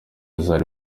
zari